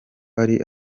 ari